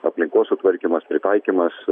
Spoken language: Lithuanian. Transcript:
aplinkos sutvarkymas pritaikymas